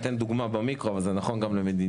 אני אתן דוגמה במיקרו אבל זה נכון גם למדיניות: